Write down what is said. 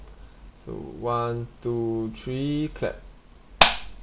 so one two three clap